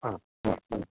ആ അ ആ